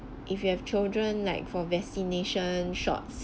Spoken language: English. if you have children like for vaccination shots